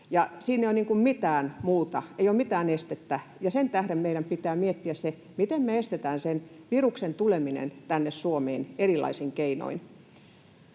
muuta, ei ole mitään estettä, ja sen tähden meidän pitää miettiä se, miten me estetään sen viruksen tuleminen tänne Suomeen erilaisin keinoin.